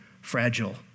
fragile